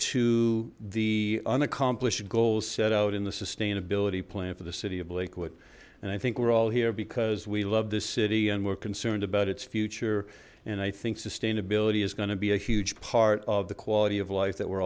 to the unaccomplished goals set out in the sustainability plan for the city of lakewood and i think we're all here because we love this city and we're concerned about its future and i think sustainability is going to be a huge part of the quality of life that we're